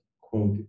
quote